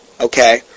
okay